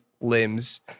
limbs